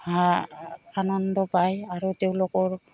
হা আনন্দ পায় আৰু তেওঁলোকৰ